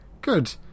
Good